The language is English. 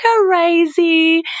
crazy